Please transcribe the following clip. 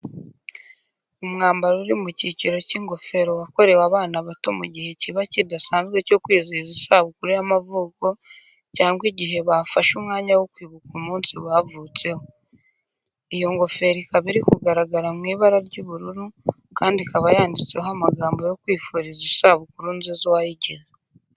Umwambaro uri mu cyiciro cy'ingofero wakorewe abana bato mu gihe kiba kidasanzwe cyo kwizihiza isabukuru y'amavuko cyangwa igihe bafashe umwanya wo kwibuka umunsi bavutseho. Iyo ngofero ikaba iri kugaragara mu ibara ry'ubururu kandi ikaba yanditseho amagambo yo kwifuriza isabukuru nziza uwayigize.